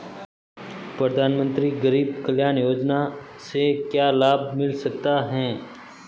प्रधानमंत्री गरीब कल्याण योजना से क्या लाभ मिल सकता है?